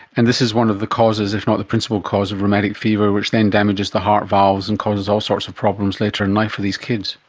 and this is one of the causes if not the principal cause of rheumatic fever which then damages the heart valves and causes all sorts of problems later in life for these kids.